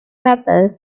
papal